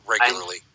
regularly